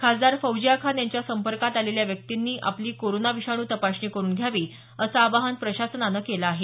खासदार फौजिया खान यांच्या संपर्कात आलेल्या व्यक्तींनी आपली कोरोना विषाणू तपासणी करून घ्यावी असं आवाहन प्रशासनानं केलं आहे